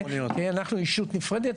אנחנו יישות נפרדת,